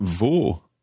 wo